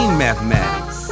mathematics